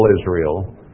Israel